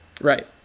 Right